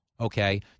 Okay